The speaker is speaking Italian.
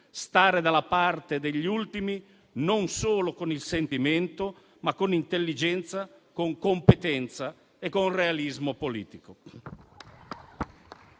stare dalla parte degli ultimi, non solo con il sentimento ma con intelligenza, con competenza e con realismo politico.